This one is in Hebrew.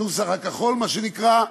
הנוסח הכחול, מה שנקרא: